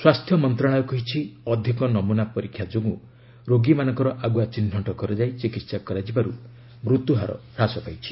ସ୍ୱାସ୍ଥ୍ୟ ମନ୍ତ୍ରଣାଳୟ କହିଛି ଅଧିକ ନମୁନା ପରୀକ୍ଷା ଯୋଗୁଁ ରୋଗୀମାନଙ୍କର ଆଗୁଆ ଚିହ୍ନଟ କରାଯାଇ ଚିକିହା କରାଯିବାରୁ ମୃତ୍ୟୁହାର ହାସ ପାଇଛି